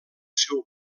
seu